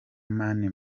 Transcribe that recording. mani